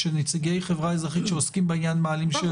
כשנציגי חברה אזרחית שעוסקים בעניין מעלים שאלות אנחנו דנים בהן.